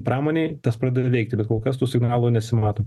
pramonei tas pradeda veikti bet kol kas tų signalų nesimato